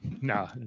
No